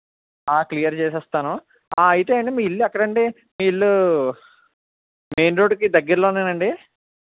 clear చేస్తాను అయితే అండి మీ ఇల్లు ఎక్కడ అండి మీ ఇల్లు మెయిన్ రోడ్డుకి దగ్గరలో అండి